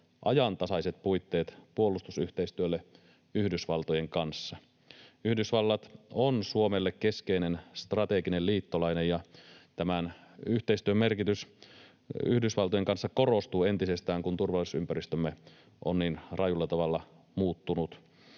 ajantasaiset puitteet puolustusyhteistyölle Yhdysvaltojen kanssa. Yhdysvallat on Suomelle keskeinen strateginen liittolainen, ja tämän yhteistyön merkitys Yhdysvaltojen kanssa korostuu entisestään, kun turvallisuusympäristömme on niin rajulla tavalla muuttunut.